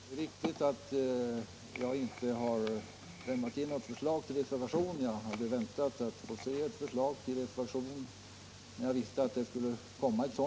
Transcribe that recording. Herr talman! Det är riktigt att jag inte har lämnat in något förslag till reservation. Jag väntade att få se ett sådant förslag, för jag visste att det skulle komma.